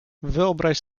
wyobraź